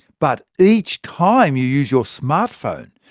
but each time you use your smartphone,